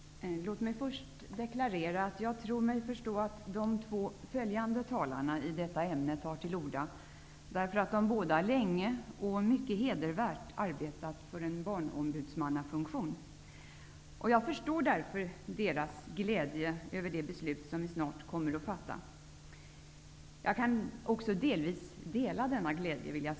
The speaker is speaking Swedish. Fru talman! Låt mig först deklarera att jag tror mig förstå att de två följande talarna i detta ämne tar till orda därför att de båda länge och mycket hedervärt arbetat för en barnombudsmannafunktion. Jag förstår därför deras glädje över det beslut som vi snart kommer att fatta. Jag kan också delvis dela denna glädje.